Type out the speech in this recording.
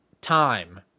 time